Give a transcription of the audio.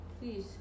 please